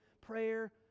prayer